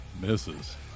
Misses